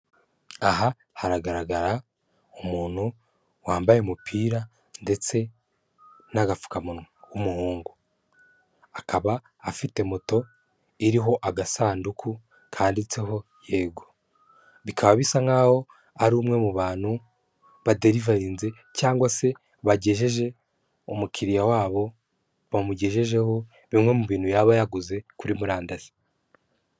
Aha haragaragara umuntu wambaye umupira ndetse n'agapfukamunwa w'umuhungu akaba afite moto iriho agasanduku kandiditseho yego bikaba bisa nk'aho ari umwe mu bantu badelivarinze cyangwa se bagejeje umukiriya wabo bamugejejeho bimwe mu bintu yaba yaguze kuri murandasi.